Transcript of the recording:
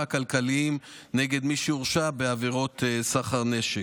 הכלכליים נגד מי שהורשע בעבירות סחר נשק.